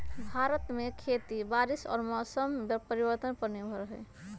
भारत में खेती बारिश और मौसम परिवर्तन पर निर्भर हई